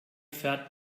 fährt